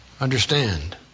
understand